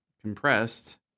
compressed